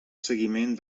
seguiment